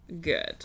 good